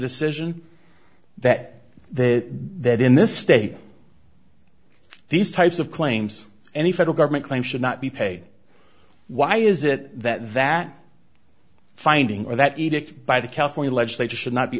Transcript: decision that that that in this state these types of claims any federal government claims should not be paid why is it that that finding or that edict by the california legislature should not be